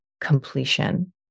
completion